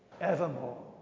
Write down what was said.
evermore